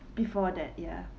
before that ya